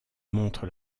montre